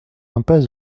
impasse